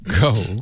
Go